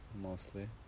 Mostly